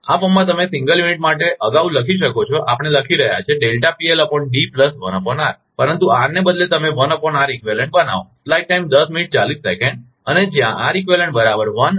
આ ફોર્મમાં તમે સિંગલ યુનિટ માટે અગાઉ લખી શકો છો આપણે લખી રહ્યા છીએ પરંતુ આર ને બદલે તમે બનાવો